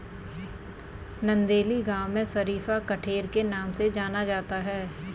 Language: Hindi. नंदेली गांव में शरीफा कठेर के नाम से जाना जाता है